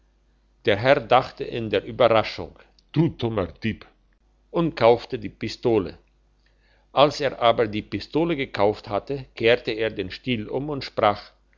der herr dachte in der überraschung du dummer dieb und kauft die pistole als er aber die pistole gekauft hatte kehrte er den stiel um und sprach